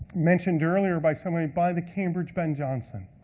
mentioned earlier by somebody, by the cambridge ben jonson.